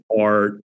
art